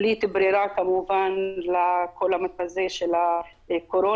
בלית ברירה כמובן לכל המצב הזה של הקורונה,